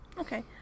Okay